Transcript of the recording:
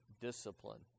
discipline